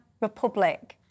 Republic